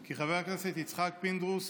כי חבר הכנסת יצחק פינדרוס